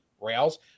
rails